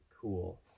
Cool